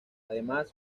además